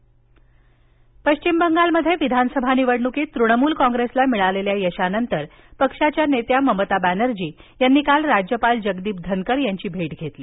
ममता भेट पश्चिम बंगालमध्ये विधानसभा निवडणुकीत तृणमूल कॉंग्रेसला मिळालेल्या यशानंतर पक्षाच्या नेत्या ममता बॅनर्जी यांनी काल राज्यपाल जगदीप धनकर यांची भेट घेतली